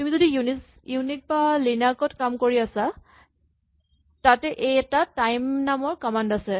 তুমি যদি ইউনিক্স বা লিনাক ত কাম কৰি আছা তাতে এটা টাইম নামৰ কমান্ড আছে